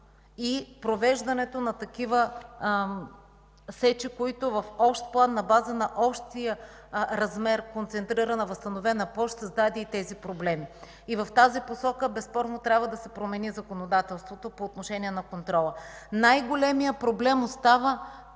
провеждането на сечи, които в общ план, на база на общия размер концентрирана възстановена площ, създаде тези проблеми. В тази посока безспорно трябва да се промени законодателството по отношение на контрола. Най-големият проблем остава